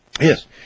Yes